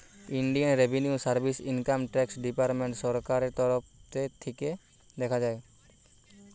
Indian revenue service income tax department সরকারের তরফ থিকে দেখা হয়